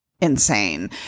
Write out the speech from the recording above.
insane